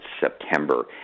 September